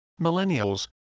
Millennials